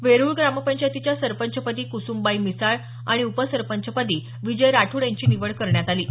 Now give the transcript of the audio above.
वेरुळ ग्रामपंचायतीच्या सरपंच पदी कुसुमबाई मिसाळ आणि उपसरपंचपदी विजय राठोड यांची निवड करण्यात आली आहे